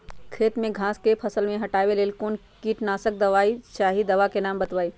खेत में घास के फसल से हटावे के लेल कौन किटनाशक दवाई चाहि दवा का नाम बताआई?